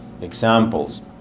Examples